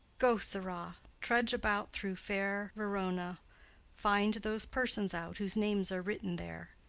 go, sirrah, trudge about through fair verona find those persons out whose names are written there,